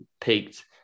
peaked